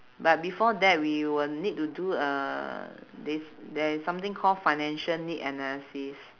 but before that we will need to do uh this there's something called financial need analysis